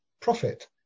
profit